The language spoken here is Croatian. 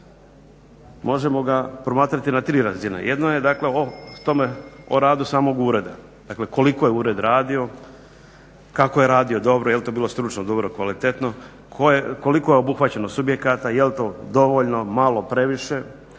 Možemo ga promatrati na tri razine. Jedno je dakle o tome, o radu samog ureda. Dakle, koliko je ured radio, kako je radio, dobro. Jel' to bilo stručno dobro, kvalitetno, koliko je obuhvaćeno subjekata. Jel' to dovoljno, malo, previše.